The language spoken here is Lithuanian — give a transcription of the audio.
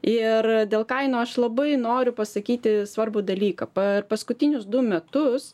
ir dėl kainų aš labai noriu pasakyti svarbų dalyką per paskutinius du metus